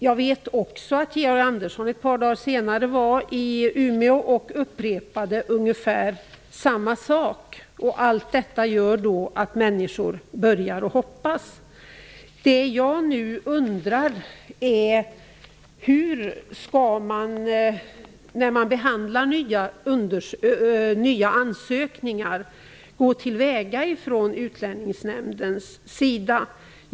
Jag vet också att Georg Andersson ett par dagar senare var i Umeå och upprepade ungefär samma sak. Allt detta gör att människor börjar att hoppas. Det jag nu undrar är hur Utlänningsnämnden skall gå till väga när den behandlar nya ansökningar.